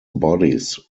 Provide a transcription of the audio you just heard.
bodies